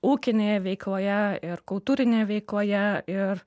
ūkinėje veikloje ir kultūrinėje veikloje ir